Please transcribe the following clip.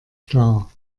klar